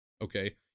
Okay